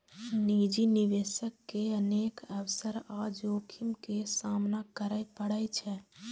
निजी निवेशक के अनेक अवसर आ जोखिम के सामना करय पड़ै छै